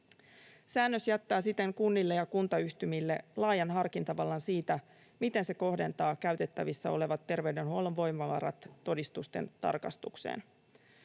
Säännös jättää siten kunnille ja kuntayhtymille laajan harkintavallan siitä, miten se kohdentaa käytettävissä olevat terveydenhuollon voimavarat todistusten tarkastukseen.